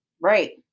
Right